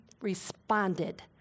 responded